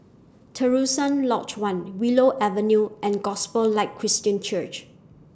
Terusan Lodge one Willow Avenue and Gospel Light Christian Church